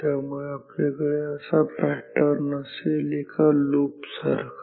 त्यामुळे आपल्याकडे असा पॅटर्न असेल एका लुप सारखा